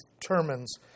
determines